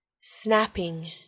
Snapping